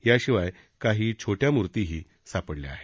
याशिवाय काही छोट्या मूर्तीही सापडल्या आहेत